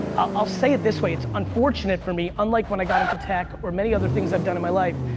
i'll say it this way, it's unfortunate for me, unlike when i got into tech or many other things i've done in my life,